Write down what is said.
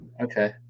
Okay